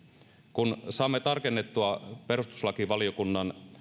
kun saamme tarkennettua perustuslakivaliokunnan